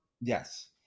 Yes